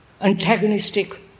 antagonistic